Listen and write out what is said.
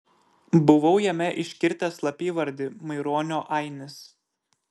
buvau jame iškirtęs slapyvardį maironio ainis